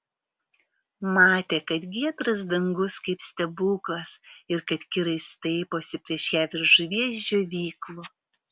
matė kad giedras dangus kaip stebuklas ir kad kirai staiposi prieš ją virš žuvies džiovyklų